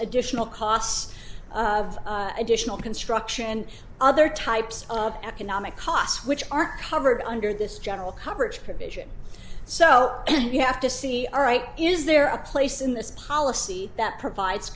additional costs of additional construction and other types of economic costs which aren't covered under this general coverage provision so you have to see all right is there a place in this policy that provides